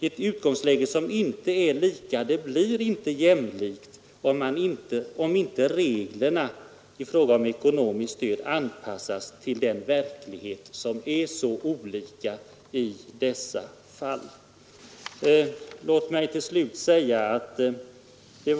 Då utgångsläget inte är detsamma blir förhållandena inte jämlika om inte reglerna i fråga om ekonomiskt stöd anpassas till verkligheten, som i dessa båda fall inte alls är densamma.